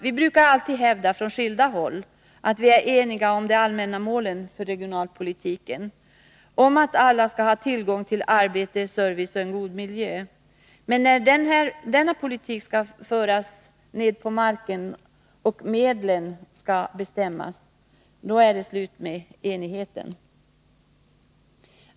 Vi brukar alltid hävda, från skilda håll, att vi är eniga om de allmänna målen för regionalpolitiken, att alla skall ha tillgång till arbete, service och en god miljö. Men när denna politik skall föras ned på marken och medlen skall bestämmas, då är det slut med enigheten.